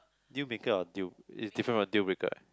deal maker or deal is different from deal breaker right